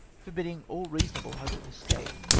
forbidding all reasonable hope of escape.